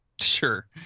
sure